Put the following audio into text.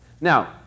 Now